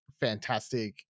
fantastic